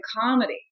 comedy